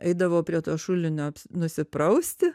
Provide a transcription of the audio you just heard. eidavau prie to šulinio nusiprausti